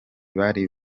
bari